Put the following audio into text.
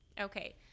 Okay